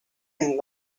and